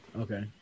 Okay